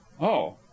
Oh